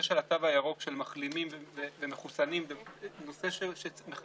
וזה משמעותי לא פחות,